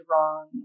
wrong